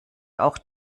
auch